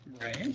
Right